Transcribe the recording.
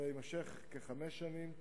זה יימשך כחמש שנים,